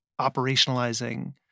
operationalizing